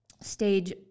Stage